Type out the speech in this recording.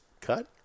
cut